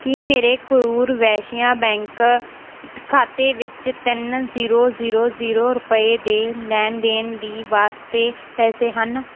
ਕੀ ਮੇਰੇ ਕਰੂਰ ਵੈਸ਼ਿਆ ਬੈਂਕ ਖਾਤੇ ਵਿੱਚ ਤਿੰਨ ਜ਼ੀਰੋ ਜ਼ੀਰੋ ਜ਼ੀਰੋ ਰੁਪਏ ਦੇ ਲੈਣ ਦੇਣ ਦੀ ਵਾਸਤੇ ਪੈਸੇ ਹਨ